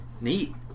Neat